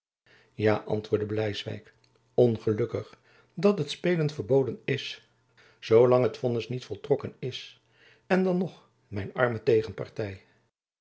ja antwoordde bleiswijck ongelukkig dat het spelen verboden is zoo lang het vonnis niet voltrokken is en dan nog mijn arme tegenparty